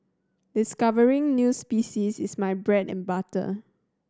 discovering new species is my bread and butter